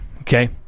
okay